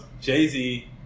Jay-Z